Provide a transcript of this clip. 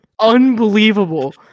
Unbelievable